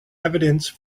evidence